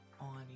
on